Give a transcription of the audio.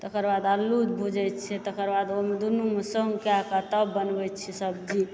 तकर बाद अल्लू भुजै छियै तकर बाद ओहिमे दुनू मे सङ्ग के कऽ तऽ बनबै छियै सब्जी